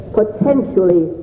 potentially